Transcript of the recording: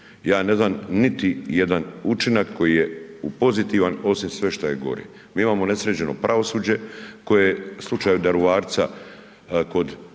Ja ne znam niti jedan učinak koji je pozitivan osim šta je sve gore. Mi imamo nesređeno pravosuđe koje je u slučaju Daruvarca kod